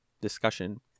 discussion